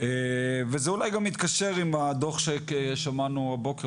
וזה אולי גם מתקשר עם הדוח ששמענו הבוקר,